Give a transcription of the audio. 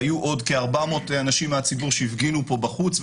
והיו עוד כ-400 אנשים מהציבור שהפגינו פה בחוץ,